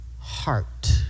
heart